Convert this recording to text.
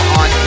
on